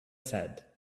said